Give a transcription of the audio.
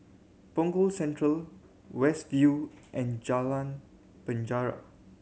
Punggol Central West View and Jalan Penjara